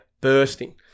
bursting